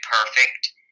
Perfect